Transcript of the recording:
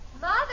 Mother